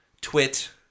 Twit